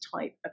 type